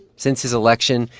since his election,